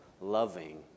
loving